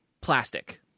plastic